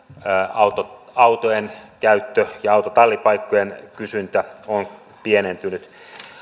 autojen autojen käyttö ja autotallipaikkojen kysyntä on pienentynyt